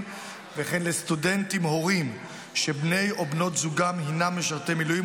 וכן לסטודנטים הורים שבני או בנות זוגם הם משרתי מילואים,